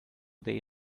they